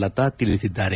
ಲತಾ ತಿಳಿಸಿದ್ದಾರೆ